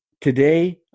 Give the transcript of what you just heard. today